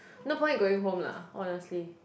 no point going home lah honestly